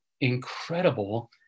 incredible